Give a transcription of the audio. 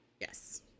Yes